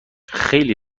خیلی